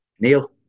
Neil